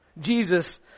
Jesus